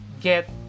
get